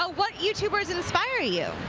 ah what youtubeers inspire you?